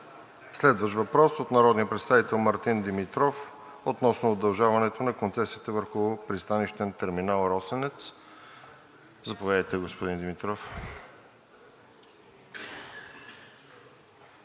Следващ въпрос от народния представител Мартин Димитров относно удължаването на концесията върху пристанищен терминал „Росенец“. Заповядайте, господин Димитров.